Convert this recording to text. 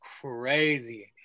crazy